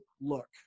look